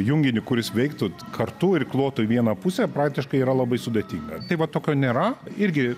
junginį kuris veiktų kartu irkluotojų į vieną pusę praktiškai yra labai sudėtinga tai va tokio nėra irgi